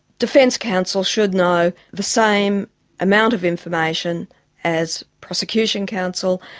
defence counsel should know the same amount of information as prosecution counsel,